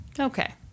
Okay